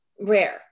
rare